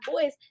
boys